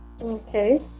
Okay